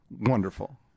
Wonderful